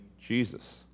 Jesus